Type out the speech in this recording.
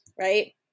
right